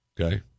Okay